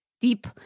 deep